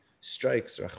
strikes